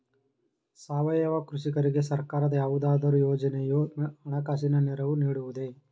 ಸಾವಯವ ಕೃಷಿಕರಿಗೆ ಸರ್ಕಾರದ ಯಾವುದಾದರು ಯೋಜನೆಯು ಹಣಕಾಸಿನ ನೆರವು ನೀಡುವುದೇ?